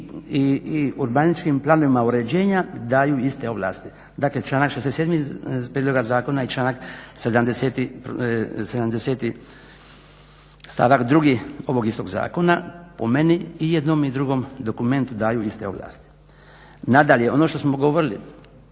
urbaničkim planovima uređenja daju iste ovlasti. Dakle članak 67.prijedloga zakona i članak 70 stavak drugi ovog istog zakona po meni i jednom i drugom dokumentu daju iste ovlasti. Nadalje, ono što smo govorili,